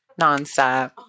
nonstop